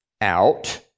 out